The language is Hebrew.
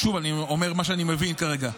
שוב, אני אומר את מה שאני מבין כרגע.